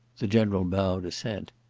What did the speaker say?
the general bowed assent.